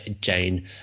Jane